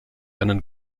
einen